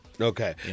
Okay